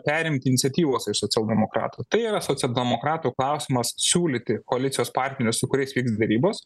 perimti iniciatyvos iš socialdemokratų tai yra socialdemokratų klausimas siūlyti koalicijos partnerius su kuriais vyks derybos